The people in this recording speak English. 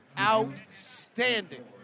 outstanding